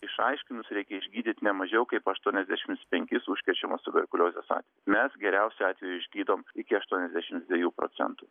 išaiškinus reikia išgydyt ne mažiau kaip aštuoniasdešimts penkis užkrečiamos tuberkuliozės atvejus mes geriausiu atveju išgydom iki aštuoniasdešimts dviejų procentų